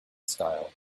style